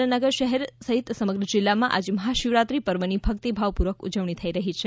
સુરેન્દ્રનગર શહેર સહિત સમગ્ર જિલ્લામાં આજે મહાશિવરાત્રી પર્વની ભક્તિભાવપૂર્વક ઉજવણી થઇ રહી છે